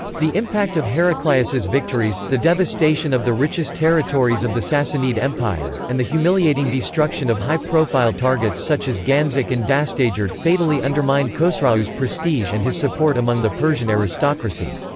the impact of heraclius's victories, the devastation of the richest territories of the sassanid empire, and the humiliating destruction of high-profile targets such as ganzak and dastagerd fatally undermined khosrau's prestige and his support among the persian aristocracy.